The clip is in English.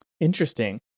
Interesting